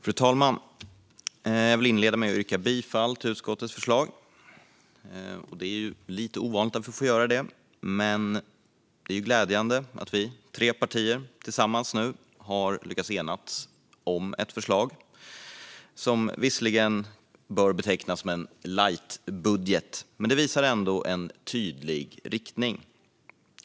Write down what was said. Fru talman! Jag vill inleda med att yrka bifall till utskottets förslag. Det är lite ovanligt att vi får göra det, men det är glädjande att vi i tre partier tillsammans har lyckats enas om ett förslag. Det här bör visserligen betecknas som en lightbudget, men den visar en tydlig riktning.